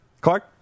Clark